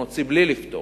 נוציא בלי לפתור.